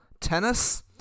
tennis